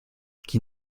qui